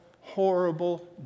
horrible